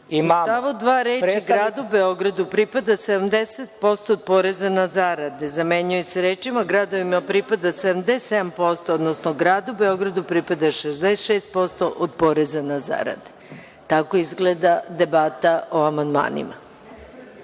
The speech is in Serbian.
Gojković** „Gradu Beogradu pripada 70% od poreza na zarade, zamenjuje se rečima: „gradovima pripada 77% odnosno gradu Beogradu pripada 66% od poreza na zarade“. Tako izgleda debata o amandmanima.